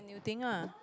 new thing lah